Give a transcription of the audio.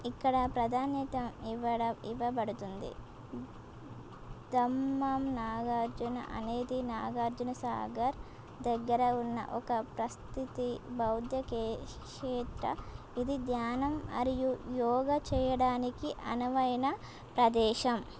ఇక్కడ ప్రాధాన్యత ఇవ్వబడుతుంది నాగార్జున అనేది నాగార్జున సాగర్ దగ్గర ఉన్న ఒక ప్రస్థితి బౌద్ధక్షేత్రం ఇది ధ్యానం మరియు యోగ చేయడానికి అనువైన ప్రదేశం